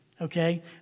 okay